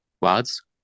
words